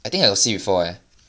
I think I got see before eh